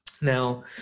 Now